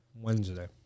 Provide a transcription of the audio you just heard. Wednesday